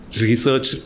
research